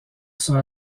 sera